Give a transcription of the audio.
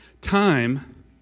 time